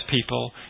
people